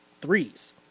threes